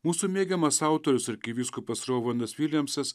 mūsų mėgiamas autorius arkivyskupas rovanas viljamsas